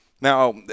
Now